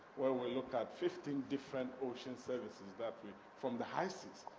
where we look at fifteen different ocean services, that we. from the high seas.